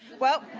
well,